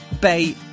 Bay